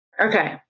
Okay